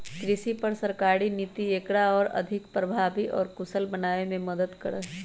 कृषि पर सरकारी नीति एकरा और अधिक प्रभावी और कुशल बनावे में मदद करा हई